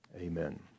amen